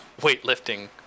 weightlifting